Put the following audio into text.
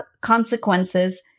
consequences